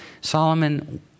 Solomon